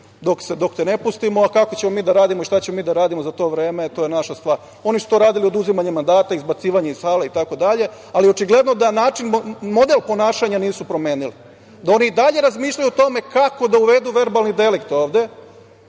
dok te ne pustimo, a kako ćemo mi da radimo i šta ćemo mi da radimo za to vreme to je naša stvar. Oni što su to radili oduzimanjem mandata, izbacivanjem iz sale itd, ali, očigledno da model ponašanja nisu promenili, da oni i dalje razmišljaju o tome kako da uvedu verbalni delikt ovde